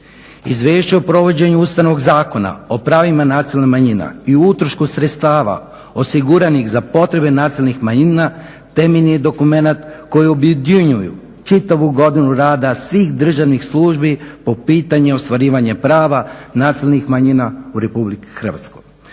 Izvješće o provođenju Ustavnog zakona o pravima nacionalnih manjina i o utrošku sredstava osiguranih za potrebe nacionalnih manjina, temeljni je dokumenat koji objedinjuje čitavu godinu rada svih državnih službi po pitanju ostvarivanja prava nacionalnih manjina u RH.